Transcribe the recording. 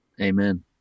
Amen